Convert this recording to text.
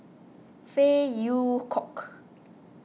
Phey Yew Kok